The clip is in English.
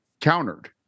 countered